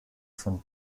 von